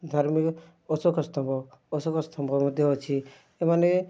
ଧାର୍ମିକ ଅଶୋକା ସ୍ତମ୍ଭ ଅଶୋକ ସ୍ତମ୍ଭ ମଧ୍ୟ ଅଛି ଏମାନେ